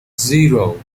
zero